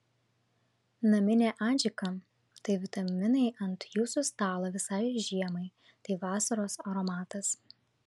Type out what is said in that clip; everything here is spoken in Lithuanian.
naminė adžika tai vitaminai ant jūsų stalo visai žiemai tai vasaros aromatas